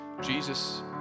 Jesus